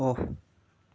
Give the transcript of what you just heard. off